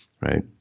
right